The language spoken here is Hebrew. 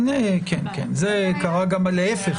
גם להפך.